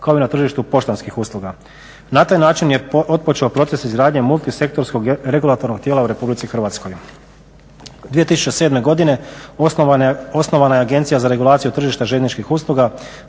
kao i na tržištu poštanskih usluga. Na taj način je otpočeo proces izgradnje multisektorskog regulatornog tijela u Republici Hrvatskoj. 2007. godine osnovana je Agencija za regulaciju tržišta željezničkih usluga